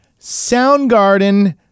Soundgarden